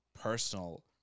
personal